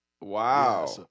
Wow